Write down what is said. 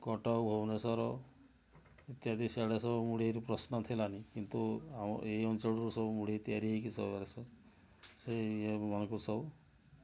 କଟକ ଭୁବନେଶ୍ୱର ଇତ୍ୟାଦି ସିଆଡ଼େ ସବୁ ମୁଢ଼ିର ପ୍ରଶ୍ନ ଥିଲାନି କିନ୍ତୁ ଆମର ଏଇ ଅଞ୍ଚଳରୁ ସବୁ ମୁଢ଼ି ତିଆରି ହୋଇକି ସେ ଇଏ ମାନଙ୍କୁ ସବୁ